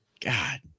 God